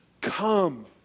Come